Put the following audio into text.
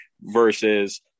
versus